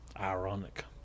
Ironic